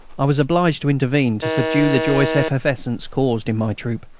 i was obliged to intervene to subdue the joyous effervescence caused in my troop.